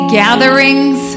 gatherings